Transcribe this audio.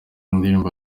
ndirimbo